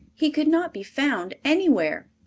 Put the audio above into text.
he could not be found anywhere.